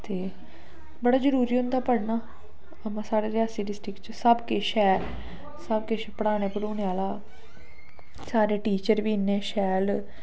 ते बड़ा जरूरी होंदा पढ़ना उ'आं साढ़े रियासी डिस्ट्रिक च सब किश ऐ सब किश पढ़ाने पढ़ुने आह्ला साढ़े टीचर बी इन्ने शैल